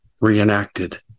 reenacted